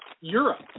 Europe